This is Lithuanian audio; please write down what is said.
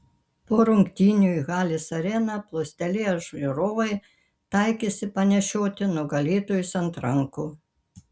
po rungtynių į halės areną plūstelėję žiūrovai taikėsi panešioti nugalėtojus ant rankų